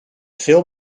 veel